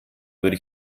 würde